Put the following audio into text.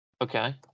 Okay